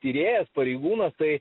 tyrėjas pareigūnas tai